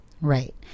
Right